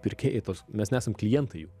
pirkėjai tos mes nesam klientai jų